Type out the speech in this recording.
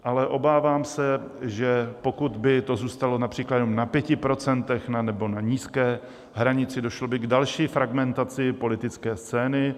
Ale obávám se, že pokud by to zůstalo například jenom na 5 % nebo na nízké hranici, došlo by k další fragmentaci politické scény.